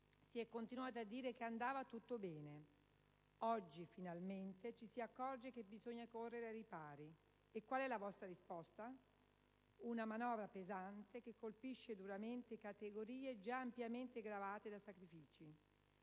si è continuato a dire che andava tutto bene. Oggi, finalmente, ci si accorge che bisogna correre ai ripari e qual è la vostra risposta? Una manovra pesante che colpisce duramente categorie già ampiamente gravate da sacrifici: